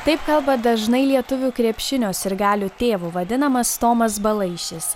taip kalba dažnai lietuvių krepšinio sirgalių tėvu vadinamas tomas balaišis